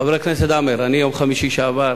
חבר הכנסת עמאר, ביום חמישי שעבר,